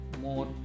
more